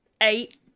eight